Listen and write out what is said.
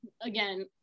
again